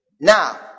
Now